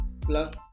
plus